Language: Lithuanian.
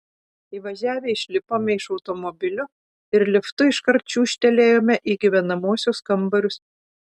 įvažiavę išlipome iš automobilio ir liftu iškart čiūžtelėjome į gyvenamuosius kambarius